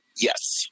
Yes